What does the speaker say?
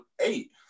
eight